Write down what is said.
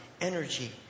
energy